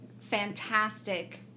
fantastic